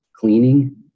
cleaning